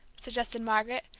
suggested margaret,